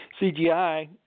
CGI